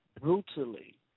brutally